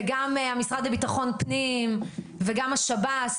וגם המשרד לביטחון פנים וגם השב"ס.